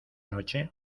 noche